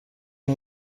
iyi